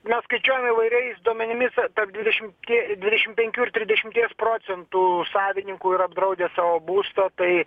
mes skaičiuojam įvairiais duomenimis tarp dvidešimt dve dvidešimt penkių ir trisdešimties procentų savininkų yra apdraudę savo būstą tai